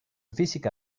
física